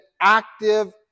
active